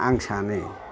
आं सानो